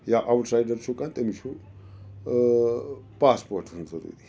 یا outsider چھُ کانٛہہ تٔمِس چھُ پاسپوٹ ہٕن ضٔروٗری